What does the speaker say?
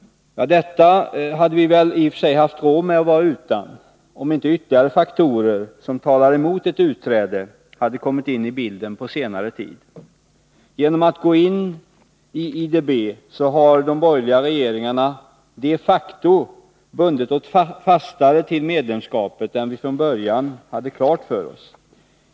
Detta hade vi väl i och för sig haft råd med att vara utan, om inte ytterligare faktorer som talar emot ett utträde hade kommit in i bilden på senare tid. Genom att gå in i IDB har de borgerliga regeringarna de facto bundit oss fastare till medlemskapet än vi från början hade klart för oss.